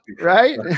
right